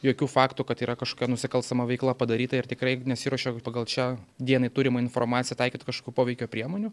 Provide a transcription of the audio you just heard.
jokių faktų kad yra kažkokia nusikalstama veikla padaryta ir tikrai nesiruošiam pagal čia dienai turimą informaciją taikyti kažkokių poveikio priemonių